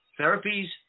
therapies